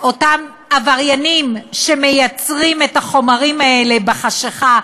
אותם עבריינים שמייצרים את החומרים האלה בחשכה,